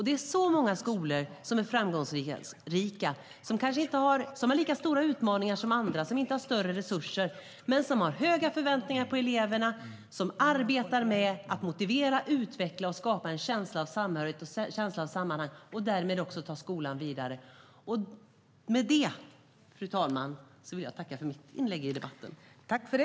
Det är så många skolor som är framgångsrika som har lika stora utmaningar som andra och som inte har större resurser men som har höga förväntningar på eleverna och som arbetar med att motivera, utveckla och skapa en känsla av samhörighet och sammanhang och därmed också ta skolan vidare.